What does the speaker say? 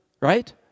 right